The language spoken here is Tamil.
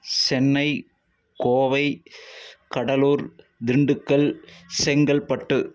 சென்னை கோவை கடலூர் திண்டுக்கல் செங்கல்பட்டு